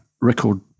record